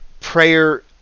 prayer